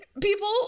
people